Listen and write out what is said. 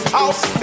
house